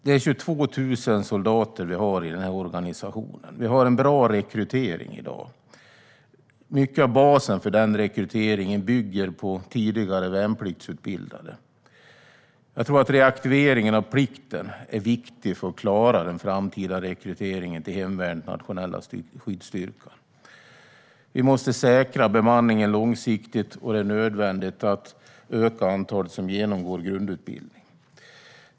Vi har 22 000 soldater i den här organisationen, och vi har i dag en bra rekrytering. Mycket av basen för den rekryteringen bygger på tidigare värnpliktsutbildade. Jag tror att reaktiveringen av plikten är viktig för att klara den framtida rekryteringen till hemvärnet och den nationella skyddsstyrkan. Vi måste säkra bemanningen långsiktigt, och det är nödvändigt att öka antalet personer som genomgår grundutbildning.